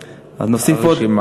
הרשימה,